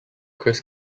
chris